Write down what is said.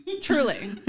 Truly